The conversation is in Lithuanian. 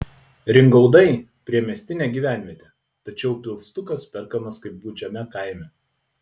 ringaudai priemiestinė gyvenvietė tačiau pilstukas perkamas kaip gūdžiame kaime